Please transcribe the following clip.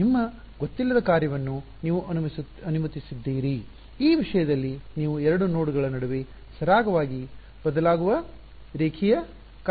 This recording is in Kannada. ನಿಮ್ಮ ಗೊತ್ತಿಲ್ಲದ ಕಾರ್ಯವನ್ನು ನೀವು ಅನುಮತಿಸುತ್ತಿದ್ದೀರಿ ಈ ವಿಷಯದಲ್ಲಿ ನೀವು 2 ನೋಡ್ಗಳ ನಡುವೆ ಸರಾಗವಾಗಿ ಬದಲಾಗುವ ರೇಖೀಯ ಕಾರ್ಯವಾಗಿದೆ